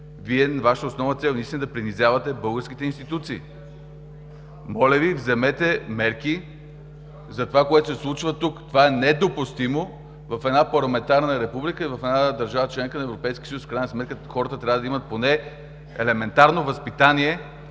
че Вашата основна цел е наистина да принизявате българските институции. Моля Ви, вземете мерки за това, което се случва тук! Това е недопустимо в една парламентарна република, в една държава – членка на Европейския съюз! В крайна сметка хората трябва да имат поне елементарно възпитание